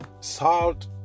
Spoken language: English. salt